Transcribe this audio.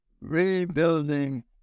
rebuilding